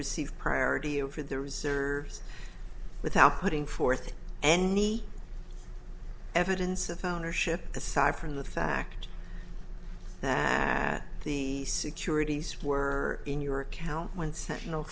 receive priority over the reserves without putting forth any evidence of phone or ship aside from the fact that the securities were in your account when sentinel